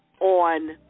on